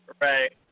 Right